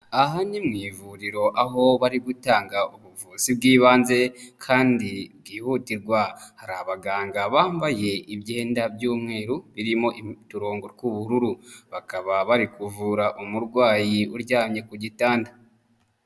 Aha ni mu ivuriro aho bari gutanga ubuzi bw'ibanze kandi bwihutirwa. Hari abaganga bambaye imyenda by'umweru birimo uturongo tw'ubururu. Bakaba bari kuvura umurwayi uryamye ku gitanda.